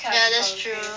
yeah that's true